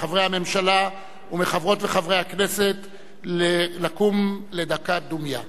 מחברי הממשלה ומחברות וחברי הכנסת לקום לדקת דומייה.